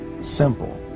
simple